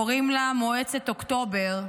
קוראים לה "מועצת אוקטובר"